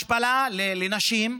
השפלה לנשים,